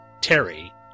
Terry